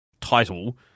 title